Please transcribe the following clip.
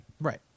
Right